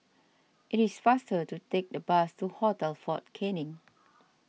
it is faster to take the bus to Hotel fort Canning